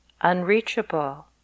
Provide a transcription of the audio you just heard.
unreachable